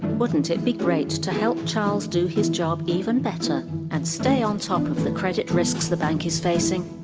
wouldn't it be great to help charles do his job even better and stay on top of the credit risks the bank is facing?